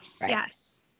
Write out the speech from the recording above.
Yes